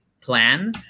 plan